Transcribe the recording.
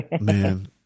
Man